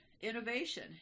innovation